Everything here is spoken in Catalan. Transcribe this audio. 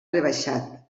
rebaixat